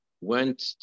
went